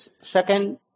second